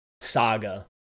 saga